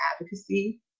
advocacy